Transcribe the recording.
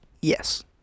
Yes